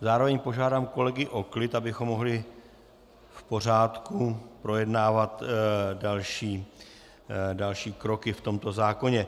Zároveň požádám kolegy o klid, abychom mohli v pořádku projednávat další kroky v tomto zákoně.